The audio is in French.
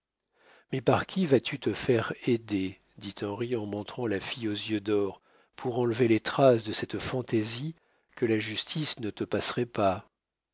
mais par qui vas-tu te faire aider dit henri en montrant la fille aux yeux d'or pour enlever les traces de cette fantaisie que la justice ne te passerait pas